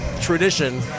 tradition